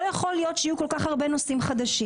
לא יכול להיות שיהיו כל כך הרבה נושאים חדשים.